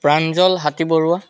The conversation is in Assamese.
প্ৰাঞ্জল হাতীবৰুৱা